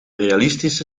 realistische